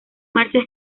marchas